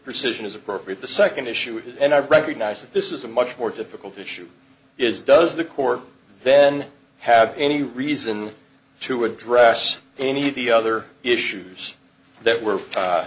rescission is appropriate the second issue is and i recognize that this is a much more difficult issue is does the court then have any reason to address any of the other issues that were